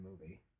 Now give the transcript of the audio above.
movie